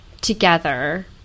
together